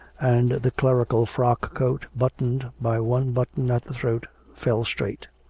and the clerical frock-coat, buttoned by one button at the throat, fell straight.